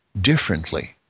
differently